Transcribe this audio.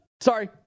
Sorry